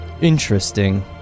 Interesting